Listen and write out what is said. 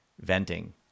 venting